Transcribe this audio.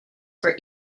for